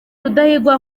rudahigwa